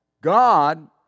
God